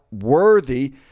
worthy